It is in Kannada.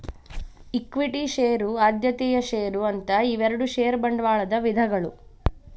ಇಕ್ವಿಟಿ ಷೇರು ಆದ್ಯತೆಯ ಷೇರು ಅಂತ ಇವೆರಡು ಷೇರ ಬಂಡವಾಳದ ವಿಧಗಳು